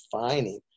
defining